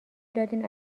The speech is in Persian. دادین